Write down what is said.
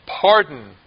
pardon